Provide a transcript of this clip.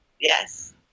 Yes